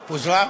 פוזרה?